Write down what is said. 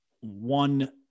one